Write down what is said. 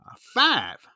five